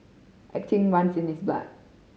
acting runs in his blood